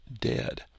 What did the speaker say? dead